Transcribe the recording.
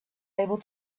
able